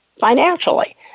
financially